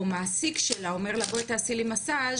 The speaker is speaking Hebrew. או מעסיק שלה אומר לה בואי תעשי לי מסאג',